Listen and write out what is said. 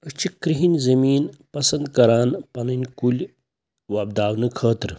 أسۍ چھِ کِرٛہِنۍ زٔمیٖن پسنٛد کران پنٕنۍ کُلۍ وۄپداونہٕ خٲطرٕ